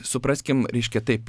supraskim reiškia taip